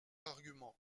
argument